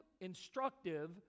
instructive